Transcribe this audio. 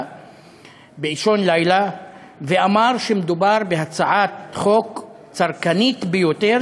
באישון לילה ואמר שמדובר בהצעת חוק צרכנית ביותר,